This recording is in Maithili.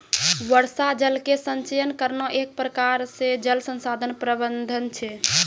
वर्षा जल के संचयन करना एक प्रकार से जल संसाधन प्रबंधन छै